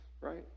right